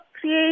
create